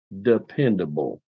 dependable